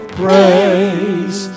praise